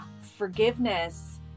forgiveness